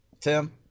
Tim